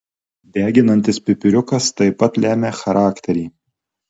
deginantis pipiriukas taip pat lemia charakterį